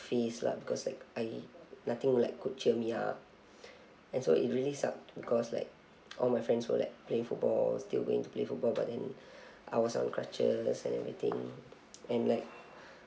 phase lah because like I nothing like could cheer me up and so it really sucked because like all my friends were like playing football still going to play football but then I was on crutches and everything and like